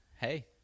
Hey